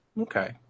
Okay